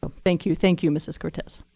ah thank you. thank you, mrs. cortez.